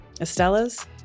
Estella's